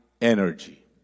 energy